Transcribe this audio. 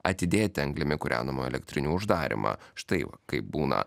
atidėti anglimi kūrenamų elektrinių uždarymą štai va kaip būna